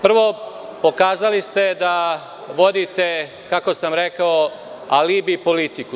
Prvo, pokazali ste da vodite, kako sam rekao, alibi politiku.